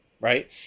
Right